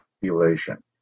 population